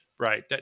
Right